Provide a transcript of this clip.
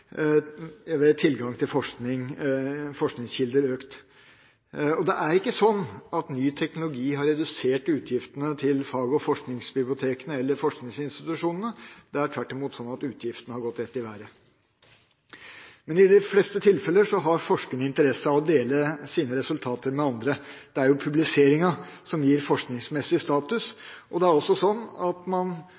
ved tilgang til forskningskilder økt. Det er ikke sånn at ny teknologi har redusert utgiftene til fag- og forskningsbibliotekene eller forskningsinstitusjonene. Det er tvert imot sånn at utgiftene har gått rett i været. I de fleste tilfellene har forskerne interesse av å dele sine resultater med andre – det er jo publiseringa som gir forskningsmessig status. Det er også sånn at man